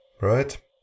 right